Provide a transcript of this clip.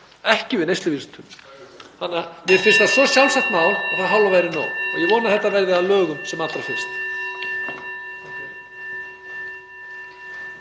ekki við neysluvísitölu. (Forseti hringir.) Mér finnst það svo sjálfsagt mál að það hálfa væri nóg og ég vona að þetta verði að lögum sem allra fyrst.